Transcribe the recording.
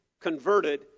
converted